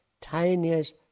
tiniest